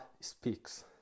speaks